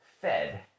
fed